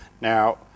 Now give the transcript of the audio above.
Now